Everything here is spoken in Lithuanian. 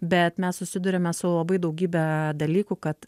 bet mes susiduriame su labai daugybe dalykų kad